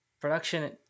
Production